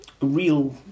real